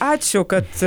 ačiū kad